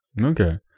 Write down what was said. Okay